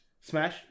Smash